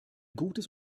gutes